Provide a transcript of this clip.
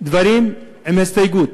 דברי הסתייגות.